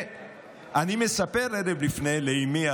אני מספר ערב לפני לאימי,